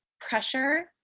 pressure